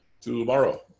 tomorrow